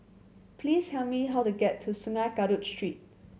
please tell me how to get to Sungei Kadut Street